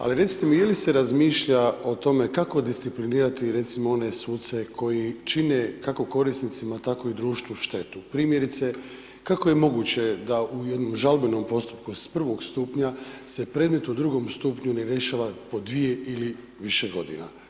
Ali, recite, je li se razmišlja o tome, kako disciplinirati recimo one suce, koji čine, kako korisnicima, tako i društvu štetu, primjerice, kako je moguće da u jednom žalbenom postupku s prvog stupnja, se predmet u drugom stupnju ne rješava po 2 ili više godine.